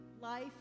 life